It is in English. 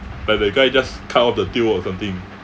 like that guy just cut off the tail or something